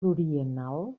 pluriennal